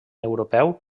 europeu